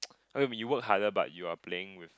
when we work harder but you playing with